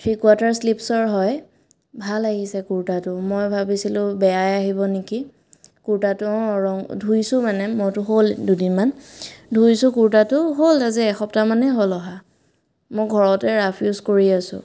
three quarter শ্লীভছৰ হয় ভাল আহিছে কুৰ্তাটো মই ভাবিছিলোঁ বেয়াই আহিব নে কি কুৰ্তাটো অঁ ৰং ধুইছোঁ মানে মইতো হ'ল দুদিনমান ধুইছোঁ কুৰ্তাটো হ'ল আজি এসপ্তাহ মানেই হ'ল অহা মই ঘৰতে ৰাফ ইউছ কৰি আছোঁ